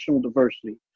diversity